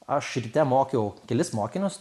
aš ryte mokiau kelis mokinius